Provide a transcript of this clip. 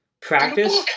practice